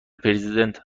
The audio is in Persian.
پرزیدنت